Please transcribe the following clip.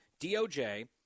DOJ